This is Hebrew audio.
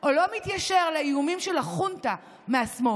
או לא מתיישר מול האיומים של החונטה מהשמאל,